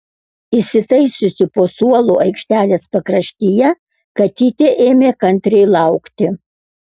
įsitaisiusi po suolu aikštelės pakraštyje katytė ėmė kantriai laukti